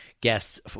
guests